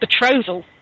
betrothal